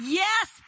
yes